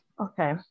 Okay